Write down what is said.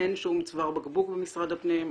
אין שום צוואר בקבוק במשרד הפנים.